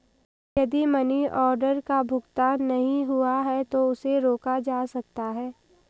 यदि money order का भुगतान नहीं हुआ है तो उसे रोका जा सकता है